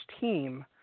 team